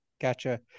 Gotcha